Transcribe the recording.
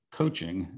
coaching